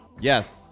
Yes